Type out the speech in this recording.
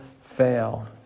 fail